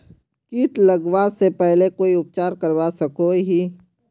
किट लगवा से पहले कोई उपचार करवा सकोहो ही?